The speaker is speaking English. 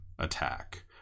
Attack